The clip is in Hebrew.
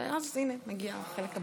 הינה, מגיע החלק הבא.